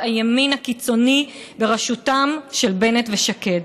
הימין הקיצוני בראשותם של בנט ושקד,